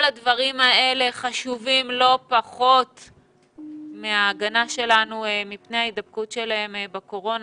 כל הדברים האלה חשובים לא פחות מההגנה שלנו מפני ההידבקות שלהם בקורונה